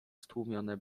stłumione